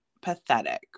pathetic